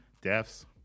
deaths